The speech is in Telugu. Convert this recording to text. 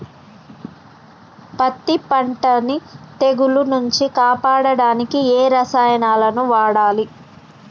పత్తి పంటని తెగుల నుంచి కాపాడడానికి ఏ రసాయనాలను వాడాలి?